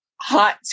hot